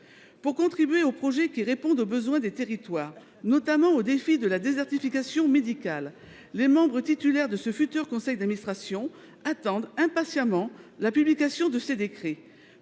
Pour contribuer aux projets qui répondent aux besoins des territoires, notamment pour faire face au défi de la désertification médicale, les membres titulaires de ce futur conseil d'administration attendent impatiemment la publication de ces décrets.